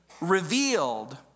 revealed